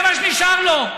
זה מה שנשאר לו.